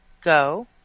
Go